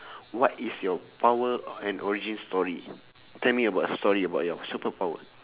what is your power and origin story tell me about a story about your superpower